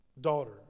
daughter